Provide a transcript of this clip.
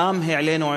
שם העלינו,